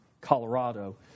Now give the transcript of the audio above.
Colorado